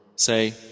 Say